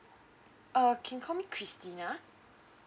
uh can call me christina